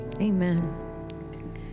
Amen